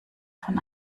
von